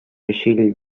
решили